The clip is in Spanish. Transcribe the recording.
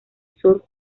sor